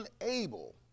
unable